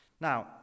Now